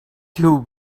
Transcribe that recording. till